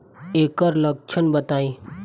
ऐकर लक्षण बताई?